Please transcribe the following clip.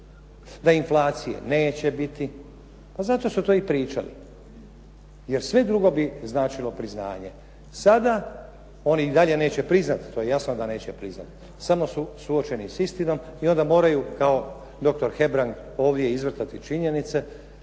da inflacije neće biti, pa zato su to i pričali. Jer sve drugo bi značilo priznanje. Sada oni i dalje neće priznati, to je jasno da neće priznati. Samo su suočeni s istinom i onda moraju kao doktor Hebrang ovdje izvrtati činjenice